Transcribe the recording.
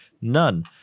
None